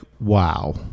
wow